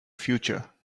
future